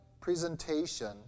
presentation